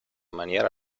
maniera